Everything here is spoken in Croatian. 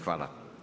Hvala.